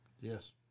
Yes